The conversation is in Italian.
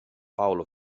paolo